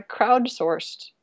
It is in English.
crowdsourced